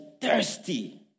thirsty